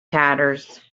tatters